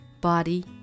body